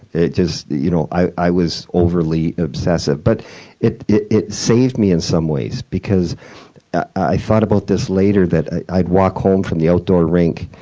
it just you know i i was overly obsessive. but it it saved me in some ways because i thought about this later, that i'd walk home from the outdoor rink,